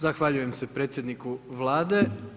Zahvaljujem se predsjedniku Vlade.